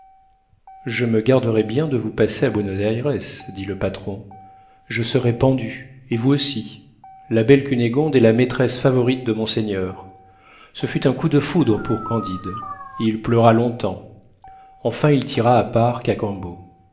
je me garderai bien de vous passer à buénos ayres dit le patron je serais pendu et vous aussi la belle cunégonde est la maîtresse favorite de monseigneur ce fut un coup de foudre pour candide il pleura longtemps enfin il tira à part